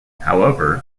however